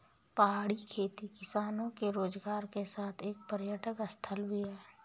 पहाड़ी खेती किसानों के रोजगार के साथ एक पर्यटक स्थल भी है